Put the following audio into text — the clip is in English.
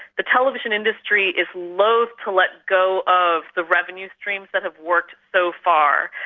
the television industry is loath to let go of the revenue stream that has worked so far.